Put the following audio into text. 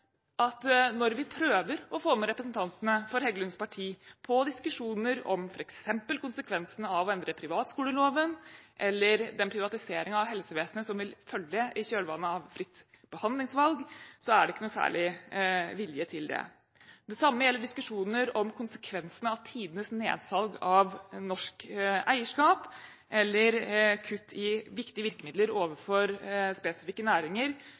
omgang. Når vi prøver å få representantene for Heggelunds parti med på diskusjoner om f.eks. konsekvensene av å endre privatskoleloven eller konsekvensene av den privatiseringen av helsevesenet som vil følge i kjølvannet av fritt behandlingsvalg, er det ikke noen særlig vilje til det. Det samme gjelder diskusjoner om konsekvensene av tidenes nedsalg av norsk eierskap eller konsekvensene av kutt i viktige virkemidler overfor spesifikke næringer,